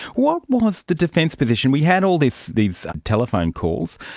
what was the defence position? we had all these these telephone calls.